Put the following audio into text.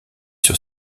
sur